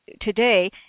today